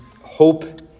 hope